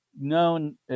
known